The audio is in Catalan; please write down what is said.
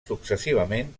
successivament